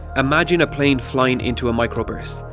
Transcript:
imagine a plane flying into a microburst.